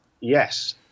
Yes